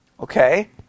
Okay